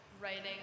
writing